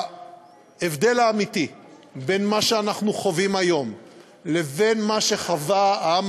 ההבדל האמיתי בין מה שאנחנו חווים היום לבין מה שחווה העם